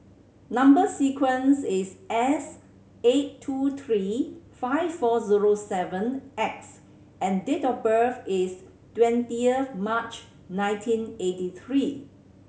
number sequence is S eight two three five four zero seven X and date of birth is twentieth of March nineteen eighty three